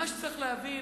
מה שצריך להבין,